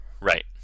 right